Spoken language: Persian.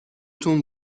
تون